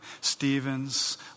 Stephen's